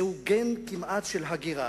זהו כמעט גן של הגירה.